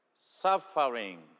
suffering